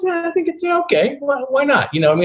i think it's yeah ok. why why not? you know i mean,